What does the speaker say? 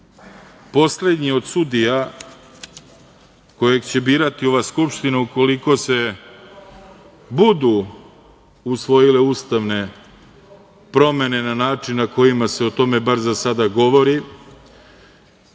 poslednji od sudija kojeg će birati ova Skupština, ukoliko se budu usvojile ustavne promene na način na koji se o tome bar za sada govori.